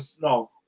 no